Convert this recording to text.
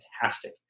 fantastic